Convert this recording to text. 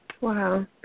Wow